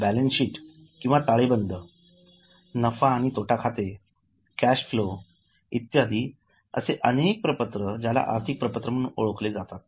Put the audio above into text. balance sheet किंवा ताळेबंद नफा आणि तोटा खाते कॅश फ्लो इत्यादी असे अनेक प्रपत्र ज्याला आर्थिक प्रपत्र म्हणून ओळखले जाते